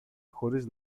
χωρίς